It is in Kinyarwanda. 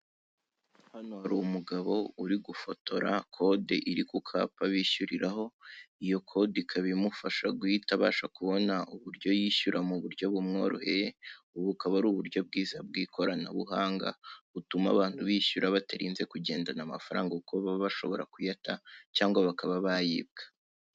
Hano hari umugabo uri gufotora kode iri ku kapa bishyuriraho, iyo kode ikaba imufasha guhita abasha kubona uburyo yishyura mu buryo bumworoheye. Ubu bukaba ari uburyo bwiza bw'ikoranabuhanga butuma abantu bishyura batarinze kugendana amafaranga, kuko baba bashobora kuyata cyangwa bakaba bayibwa.